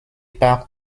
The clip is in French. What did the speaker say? par